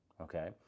Okay